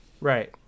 Right